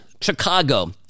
Chicago